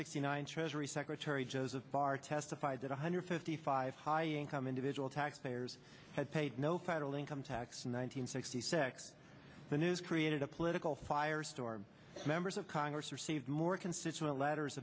sixty nine treasury secretary joseph barr testified that one hundred fifty five high income individual taxpayers had paid no federal income tax nine hundred sixty six the news created a political firestorm members of congress received more constituent letters